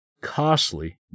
costly